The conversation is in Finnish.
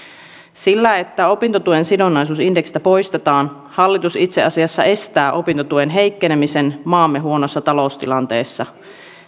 sillä että opintotuen sidonnaisuus indeksistä poistetaan hallitus itse asiassa estää opintotuen heikkenemisen maamme huonossa taloustilanteessa